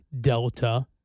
Delta